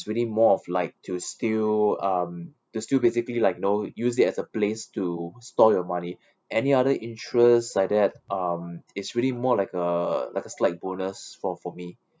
really more of like to still um to still basically like you know use it as a place to store your money any other interests like that um it's really more like a like a slight bonus for for me